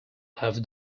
have